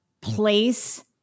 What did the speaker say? place